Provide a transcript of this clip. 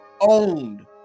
owned